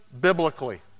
biblically